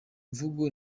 mvugo